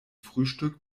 frühstück